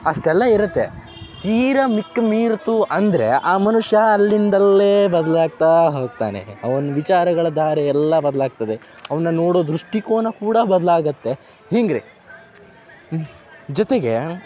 ಅಷ್ಟೆಲ್ಲ ಇರುತ್ತೆ ತೀರಾ ಮಿಕ್ಕಿ ಮೀರಿತು ಅಂದರೆ ಆ ಮನುಷ್ಯ ಅಲ್ಲಿಂದಲ್ಲೇ ಬದಲಾಗ್ತಾ ಹೋಗ್ತಾನೆ ಅವ್ನ ವಿಚಾರಗಳ ಧಾರೆ ಎಲ್ಲ ಬದಲಾಗ್ತದೆ ಅವನ್ನ ನೋಡೋ ದೃಷ್ಟಿಕೋನ ಕೂಡ ಬದಲಾಗತ್ತೆ ಹಿಂಗೆ ರೀ ಹ್ಞೂ ಜೊತೆಗೆ